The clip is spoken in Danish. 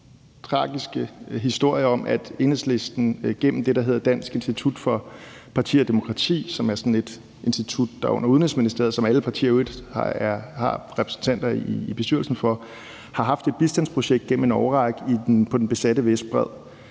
virkelig tragiske historie om, at Enhedslisten gennem det, der hedder Dansk Institut for Partier og Demokrati, som er sådan et institut, der er under Udenrigsministeriet, som alle partier i øvrigt har repræsentanter i bestyrelsen for, har haft et bistandsprojekt gennem en årrække på den besatte Vestbred.